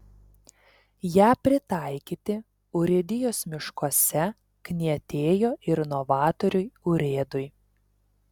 ją pritaikyti urėdijos miškuose knietėjo ir novatoriui urėdui